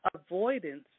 avoidance